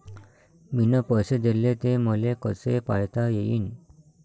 मिन पैसे देले, ते मले कसे पायता येईन?